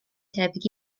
debyg